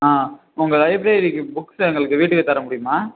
ஆ உங்கள் லைப்ரரிக்கு புக்ஸை எங்களுக்கு வீட்டுக்கு தர முடியுமா